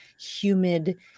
humid